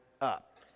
up